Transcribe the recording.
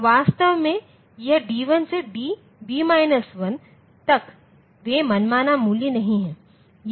तो वास्तव में यह d1 से db 1 तक वे मनमाना मूल्य नहीं हैं